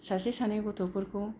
सासे सानै गथ'फोरखौ